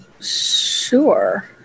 Sure